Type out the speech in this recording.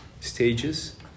Stages